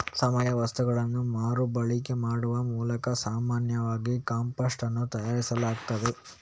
ಸಾವಯವ ವಸ್ತುಗಳನ್ನ ಮರು ಬಳಕೆ ಮಾಡುವ ಮೂಲಕ ಸಾಮಾನ್ಯವಾಗಿ ಕಾಂಪೋಸ್ಟ್ ಅನ್ನು ತಯಾರಿಸಲಾಗ್ತದೆ